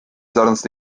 sarnast